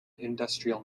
industrial